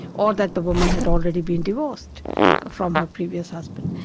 or that the woman had already been divorced from her previous husband.